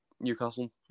Newcastle